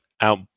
out